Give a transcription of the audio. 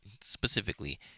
specifically